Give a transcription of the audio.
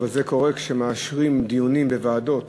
אבל זה קורה כשמאשרים דיונים בוועדות